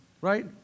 right